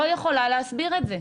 לא יכולה להסביר את זה.